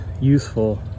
useful